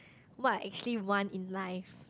what I actually want in life